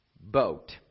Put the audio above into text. boat